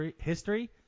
history